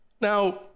Now